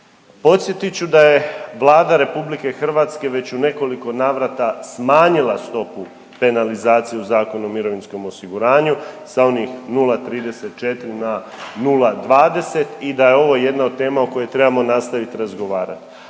Podsjetit ću da je Vlada RH već u nekoliko navrata smanjila stopu penalizacije u Zakonu o mirovinskom osiguranju sa onih 0,34 na 0,20 i da je ovo jedna od tema o kojoj trebamo nastaviti razgovarat,